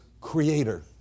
Creator